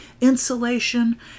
insulation